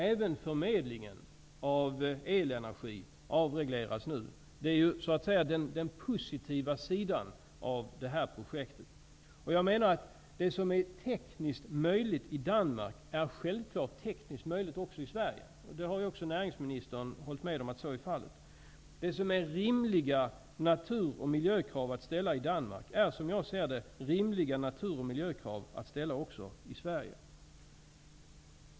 Även förmedlingen av elenergi avregleras nu. Det är den positiva sidan av det här projektet. Jag menar att det som är tekniskt möjligt i Danmark självfallet också är tekniskt möjligt i Sverige. Näringsministern har också hållit med om att så är fallet. De natur och miljökrav som är rimliga att ställa i Danmark är, som jag ser det, även rimliga att ställa i Sverige.